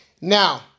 Now